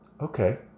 okay